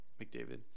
McDavid